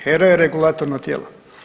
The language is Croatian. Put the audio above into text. HERA je regulatorno tijelo.